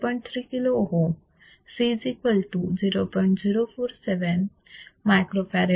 3 kilo ohm C0